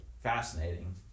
fascinating